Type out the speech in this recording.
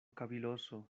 caviloso